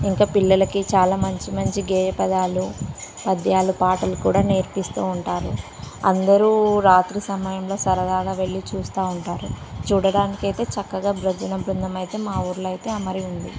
ఇంకా పిల్లలకి చాలా మంచి మంచి గేయపదాలు పద్యాలు పాటలు కూడా నేర్పిస్తు ఉంటారు అందరు రాత్రి సమయంలో సరదాగా వెళ్లి చూస్తు ఉంటారు చూడడానికి అయితే చక్కగా భజన బృందం అయితే మా ఊళ్ళో అయితే అమరి ఉంది